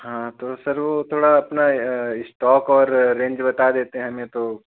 हाँ तो सर वह थोड़ा अपना इस्टॉक और रेंज बता देते हमें तो